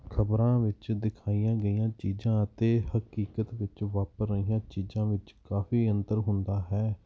ਖਬਰਾਂ ਵਿੱਚ ਦਿਖਾਈਆਂ ਗਈਆਂ ਚੀਜ਼ਾਂ ਅਤੇ ਹਕੀਕਤ ਵਿੱਚ ਵਾਪਰ ਰਹੀਆਂ ਚੀਜ਼ਾਂ ਵਿੱਚ ਕਾਫ਼ੀ ਅੰਤਰ ਹੁੰਦਾ ਹੈ